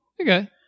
Okay